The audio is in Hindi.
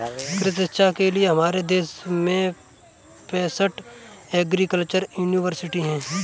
कृषि शिक्षा के लिए हमारे देश में पैसठ एग्रीकल्चर यूनिवर्सिटी हैं